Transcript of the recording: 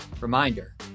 Reminder